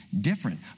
different